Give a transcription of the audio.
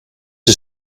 een